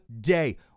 day